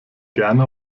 gerne